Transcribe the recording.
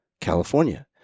california